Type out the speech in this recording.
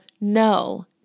No